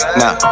nah